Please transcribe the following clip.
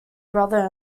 brother